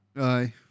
Aye